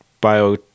bio